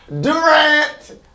Durant